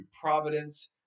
providence